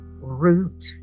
root